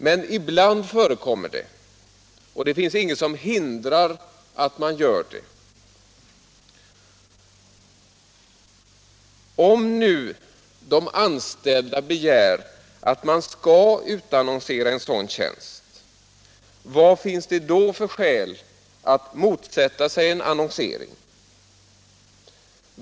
Men ibland förekommer det, och ingenting hindrar att man gör det. Om nu de anställda begär att man skall utannonsera en sådan tjänst, vad finns det då för skäl att motsätta sig en annonsering?